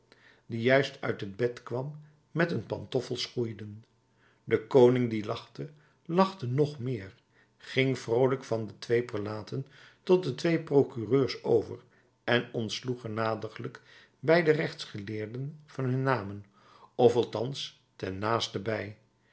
die juist uit het bed kwam met een pantoffel schoeiden de koning die lachte lachte nog meer ging vroolijk van de twee prelaten tot de twee procureurs over en ontsloeg genadiglijk beide rechtsgeleerden van hun namen of althans ten naasten bij